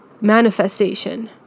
manifestation